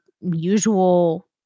usual